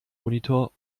monitor